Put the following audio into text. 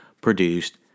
produced